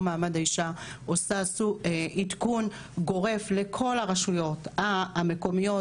מעמד האישה עושה עדכון גורף לכל הרשויות המקומיות,